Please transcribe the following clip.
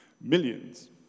millions